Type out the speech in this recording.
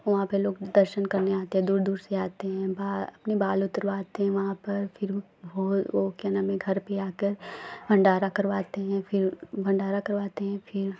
वहाँ पर लोग दर्शन करने आते हैं दूर दूर से आते हैं बा अपने बाल उतरवाते हैं वहाँ पर फिर वह वह क्या नाम है घर पर आकर भण्डारा करवाते हैं भण्डारा करवाते हैं फिर